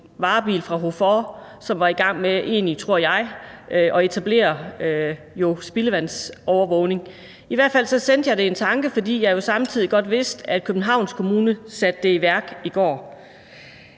varebil fra HOFOR, som jeg tror var i gang med at etablere spildevandsovervågning. I hvert fald sendte jeg det en tanke, fordi jeg jo godt vidste, at Københavns Kommune satte det i værk i går.